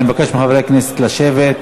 אני מבקש מחברי הכנסת לשבת.